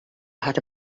had